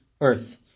earth